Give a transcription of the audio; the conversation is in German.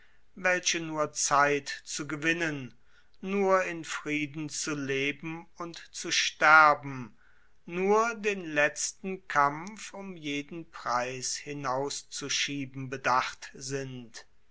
welche nur zeit zu gewinnen nur in frieden zu leben und zu sterben nur den letzten kampf um jeden preis hinauszuschieben bedacht sind